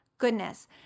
goodness